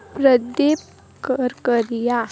Pradeep Karkariya